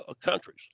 countries